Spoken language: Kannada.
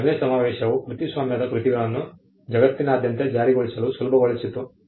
BERNE ಸಮಾವೇಶವು ಕೃತಿಸ್ವಾಮ್ಯದ ಕೃತಿಗಳನ್ನು ಜಗತ್ತಿನಾದ್ಯಂತ ಜಾರಿಗೊಳಿಸಲು ಸುಲಭಗೊಳಿಸಿತು